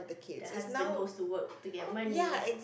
the husband goes to work to get money